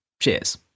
Cheers